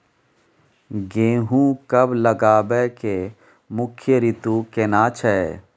गेहूं कब लगाबै के मुख्य रीतु केना छै?